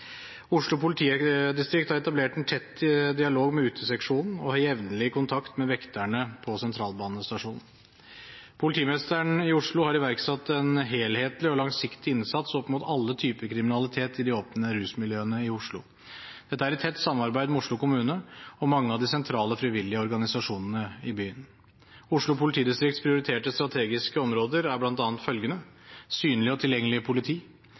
Oslo politidistrikt har etablert en tett dialog med Uteseksjonen og har jevnlig kontakt med vekterne på sentralstasjonen. Politimesteren i Oslo har iverksatt en helhetlig og langsiktig innsats opp mot alle typer kriminalitet i de åpne rusmiljøene i Oslo, i tett samarbeid med Oslo kommune og mange av de sentrale frivillige organisasjonene i byen. Oslo politidistrikts prioriterte strategiske områder er bl.a. følgende: synlig og tilgjengelig politi